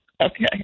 Okay